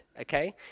okay